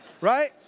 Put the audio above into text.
Right